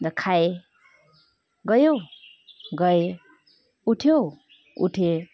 खाएँ गयौ गएँ उठ्यौ उठेँ